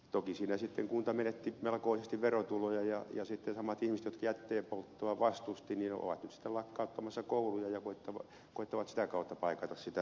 toki siinä sitten kunta menetti melkoisesti verotuloja ja sitten samat ihmiset jotka jätteenpolttoa vastustivat ovat nyt sitten lakkauttamassa kouluja ja koettavat sitä kautta paikata sitä aukkoa tulopuolella